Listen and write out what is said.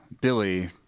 Billy